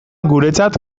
guretzat